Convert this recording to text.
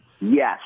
yes